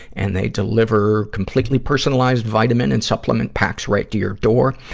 and they deliver completely personalized vitamin and supplement packs right to your door.